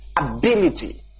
ability